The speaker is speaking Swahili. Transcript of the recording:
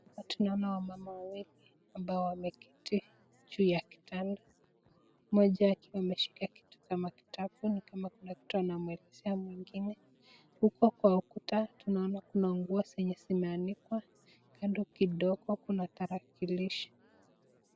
Hapa, tunaona wamama wawili ambao wameketi juu ya kitanda. Moja akiwa ameshika kitu kama kitabu ni kama Kuna kitu anamwelezea mwingine. Huko kwa ukuta tunaona kuna nguo zenye zimeanikwa. Kando kidogo kuna tarakilishi.